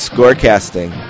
Scorecasting